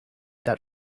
that